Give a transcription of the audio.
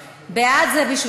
בעד זה פנים?